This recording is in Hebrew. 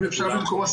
כידוע,